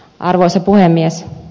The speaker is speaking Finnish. arvoisa puhemies